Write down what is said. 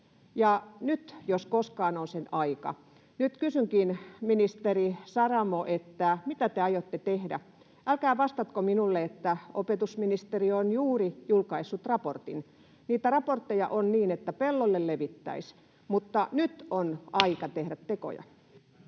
nyt jos koskaan on sen aika. Nyt kysynkin, ministeri Saramo: mitä te aiotte tehdä? Älkää vastatko minulle, että opetusministeriö on juuri julkaissut raportin. Niitä raportteja on niin, että pellolle levittäisi. Nyt on aika tehdä tekoja.